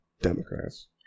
Democrats